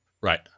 Right